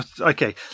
okay